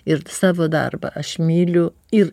ir savo darbą aš myliu ir